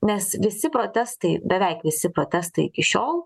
nes visi protestai beveik visi protestai iki šiol